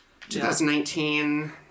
2019